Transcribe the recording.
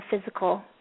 physical